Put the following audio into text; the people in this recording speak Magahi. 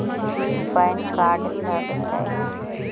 की पैन कार्ड लग तै?